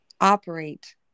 operate